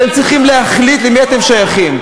לא ציונים, אתם צריכים להחליט למי אתם שייכים.